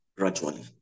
gradually